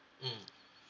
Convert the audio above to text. mmhmm